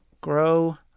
grow